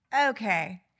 Okay